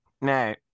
No